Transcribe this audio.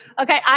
Okay